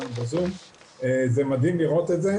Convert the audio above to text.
מה שאנחנו נותנים במיל"ה זה מגוון רחב של שירותים,